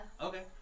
Okay